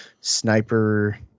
sniper